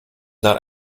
not